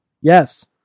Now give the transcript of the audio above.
Yes